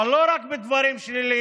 אבל לא רק בדברים שליליים.